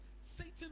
Satan